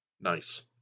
Nice